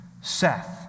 Seth